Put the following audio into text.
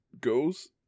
goes